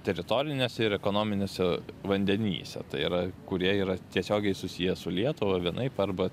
teritoriniuose ir ekonominiuose vandenyse tai yra kurie yra tiesiogiai susiję su lietuva vienaip arba